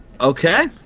Okay